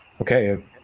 okay